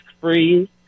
free